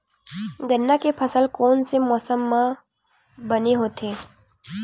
गन्ना के फसल कोन से मौसम म बने होथे?